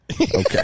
Okay